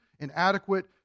inadequate